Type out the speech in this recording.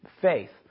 faith